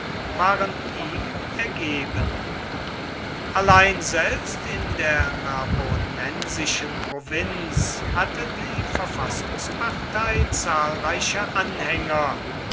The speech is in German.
waren ihm ergeben allein selbst in der narbonensischen provinz hatte die verfassungspartei zahlreiche anhänger